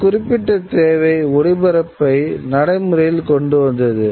ஒரு குறிப்பிட்ட தேவை ஒளிபரப்பை நடைமுறையில் கொண்டு வந்தது